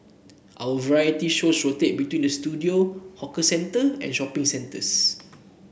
our variety shows rotate between the studio hawker centre and shopping centres